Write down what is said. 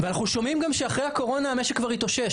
ואנחנו שומעים גם שאחרי הקורונה המשק כבר התאושש,